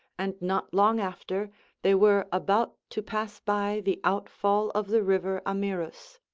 and not long after they were about to pass by the outfall of the river amyrus.